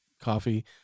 coffee